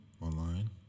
Online